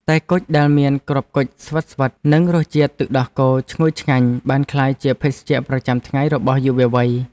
តែគុជដែលមានគ្រាប់គុជស្វិតៗនិងរសជាតិទឹកដោះគោឈ្ងុយឆ្ងាញ់បានក្លាយជាភេសជ្ជៈប្រចាំថ្ងៃរបស់យុវវ័យ។